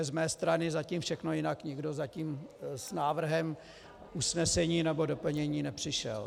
To je z mé strany zatím všechno, jinak nikdo zatím s návrhem usnesením nebo doplněním nepřišel.